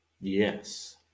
Yes